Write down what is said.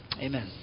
Amen